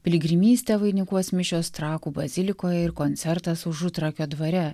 piligrimystę vainikuos mišios trakų bazilikoje ir koncertas užutrakio dvare